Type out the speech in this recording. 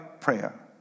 prayer